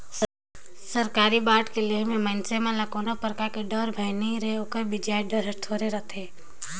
सरकारी बांड के लेहे मे मइनसे मन ल कोनो परकार डर, भय नइ रहें ओकर बियाज दर हर थोरहे रथे